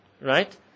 right